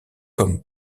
comme